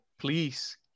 please